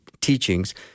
teachings